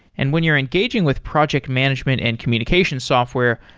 and when you're engaging with project management and communication software,